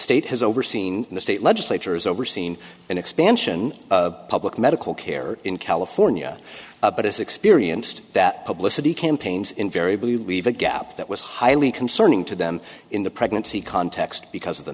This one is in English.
has overseen the state legislature has overseen an expansion of public medical care in california but as experienced that publicity campaigns invariably leave a gap that was highly concerning to them in the pregnancy context because of the